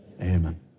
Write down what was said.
Amen